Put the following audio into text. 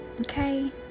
okay